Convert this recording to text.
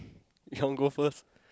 you want go first